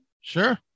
Sure